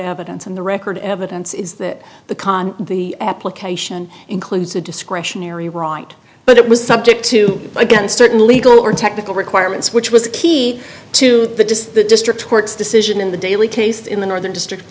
evidence in the record evidence is that the con the application includes a discretionary right but it was subject to against certain legal or technical requirements which was a key to the district court's decision in the daily case in the northern district